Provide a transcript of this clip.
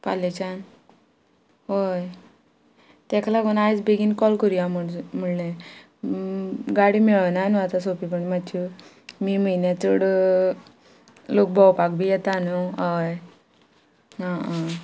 फालेच्यान हय ताका लागून आयज बेगीन कॉल करुया म्हणले गाडी मेळना न्हू आतां सोंपेपणी मातश्यो मे म्हयन्या चड लोक भोंवपाक बी येता न्हू हय आं